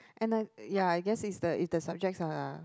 and I ya I guess is the is the subjects ah